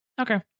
Okay